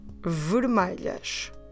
Vermelhas